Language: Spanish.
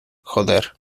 joder